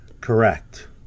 correct